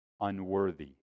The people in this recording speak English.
unworthy